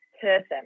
person